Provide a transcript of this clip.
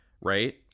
right